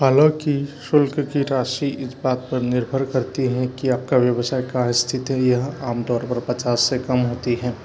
हालांकि शुल्क की राशि इस बात पर निर्भर करती है कि आपका व्यवसाय कहाँ स्थित है यह आम तौर पर पचास से कम होती हैं